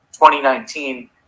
2019